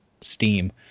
steam